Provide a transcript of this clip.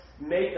make